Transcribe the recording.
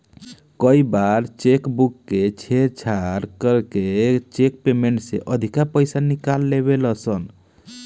कई बार cheque book के साथे छेड़छाड़ करके चेक पेमेंट से अधिका पईसा निकाल लेवे ला सन